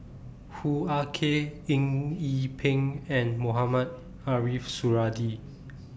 Hoo Ah Kay Eng Yee Peng and Mohamed Ariff Suradi